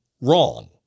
wrong